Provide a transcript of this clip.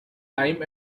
time